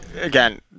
again